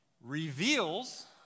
reveals